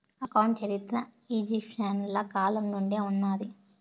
account చరిత్ర ఈజిప్షియన్ల కాలం నుండే ఉన్నాది